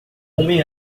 homem